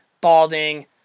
balding